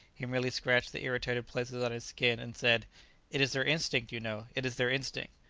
he merely scratched the irritated places on his skin, and said it is their instinct, you know it is their instinct.